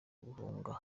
gahunda